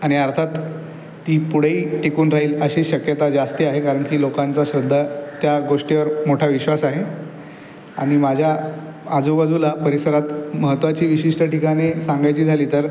आणि अर्थात ती पुढेही टिकून राहील अशी शक्यता जास्ती आहे कारण की लोकांचा श्रद्धा त्या गोष्टीवर मोठा विश्वास आहे आणि माझ्या आजूबाजूला परिसरात महत्त्वाची विशिष्ट ठिकाणे सांगायची झाली तर